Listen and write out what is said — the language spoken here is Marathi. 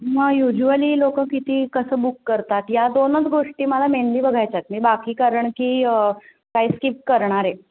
मग युज्युअली लोकं किती कसं बुक करतात या दोनच गोष्टी मला मेनली बघायच्या आहेत मी बाकी कारण की काही स्किप करणार आहे